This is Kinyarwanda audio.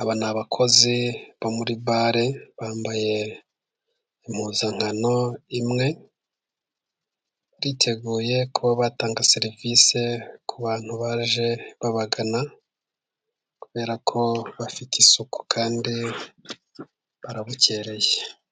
Aba ni abakozi bo muri bale, bambaye impuzankano imwe, biteguye kuba batanga serivisi ku bantu baje babagana kubera ko bafite isuku kandi barabukereye.